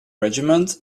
regiment